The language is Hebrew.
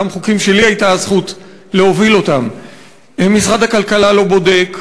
גם חוקים שהייתה לי הזכות להוביל משרד הכלכלה לא בודק,